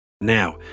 Now